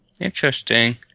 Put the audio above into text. Interesting